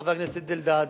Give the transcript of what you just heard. חבר הכנסת אלדד,